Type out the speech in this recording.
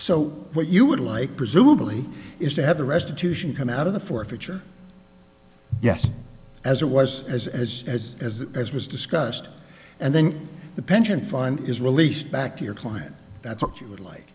so what you would like presumably is to have the restitution come out of the forfeiture yes as it was as as as as as was discussed and then the pension fund is released back to your client that's what you would like